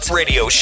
radio